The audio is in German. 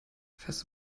fährst